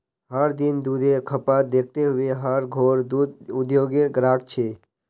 हर दिन दुधेर खपत दखते हुए हर घोर दूध उद्द्योगेर ग्राहक छे